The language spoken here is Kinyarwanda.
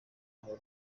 mahoro